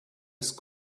ist